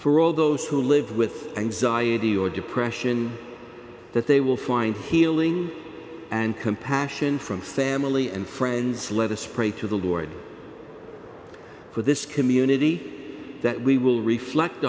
for all those who live with anxiety or depression that they will find healing and compassion from family and friends let us pray to the lord for this community that we will reflect